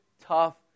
tough